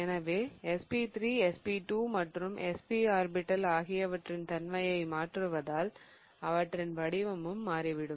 எனவே sp3 sp2 மற்றும் sp orbital ஆகியவற்றின் தன்மையை மாற்றுவதால் அவற்றின் வடிவம் மாறிவிடும்